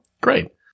Great